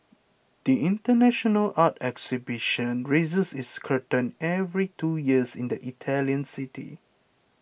the international art exhibition raises its curtain every two years in the Italian city